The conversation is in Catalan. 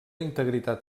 integritat